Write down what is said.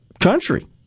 country